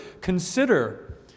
consider